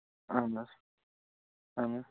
اَہَن حظ اَہَنہٕ